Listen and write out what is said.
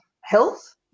health